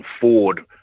Ford